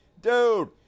Dude